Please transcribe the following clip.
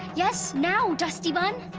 yes, now, dusty-bun.